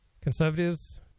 Conservatives